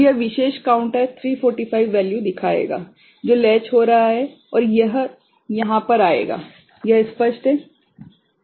तो यह विशेष काउंटर 345 वैल्यूदिखाएगा जो लेच हो रहा है और यह यहाँ पर आएगा यह स्पष्ट है